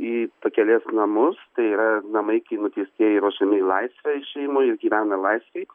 į pakelės namus tai yra namai kai nuteistieji ruošiami į laisvę išėjimui ir gyvena laisvėj